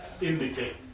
indicate